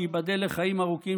שייבדל לחיים ארוכים,